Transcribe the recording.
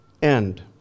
end